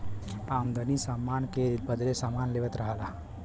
आदमी सामान के बदले सामान लेवत रहल